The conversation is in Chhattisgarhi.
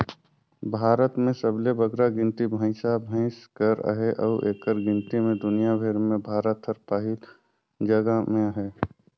भारत में सबले बगरा गिनती भंइसा भंइस कर अहे अउ एकर गिनती में दुनियां भेर में भारत हर पहिल जगहा में अहे